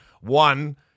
One